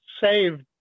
saved